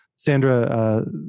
Sandra